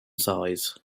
size